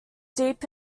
deep